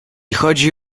chodzi